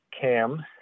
Cam